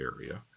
area